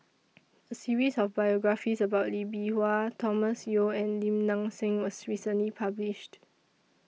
A series of biographies about Lee Bee Wah Thomas Yeo and Lim Nang Seng was recently published